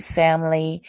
family